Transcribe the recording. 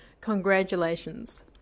congratulations